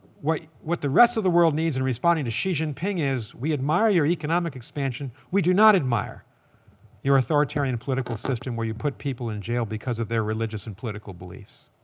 what what the rest of the world needs in responding to xiaoping is we admire your economic expansion. we do not admire your authoritarian political system where you put people in jail because of their religious and political beliefs.